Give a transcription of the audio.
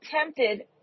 attempted